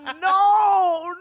No